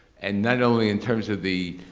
and not only in terms of the